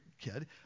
kid